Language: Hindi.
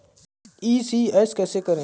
ई.सी.एस कैसे करें?